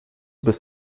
bis